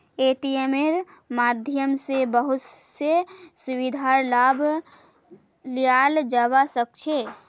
पेटीएमेर माध्यम स बहुत स सुविधार लाभ लियाल जाबा सख छ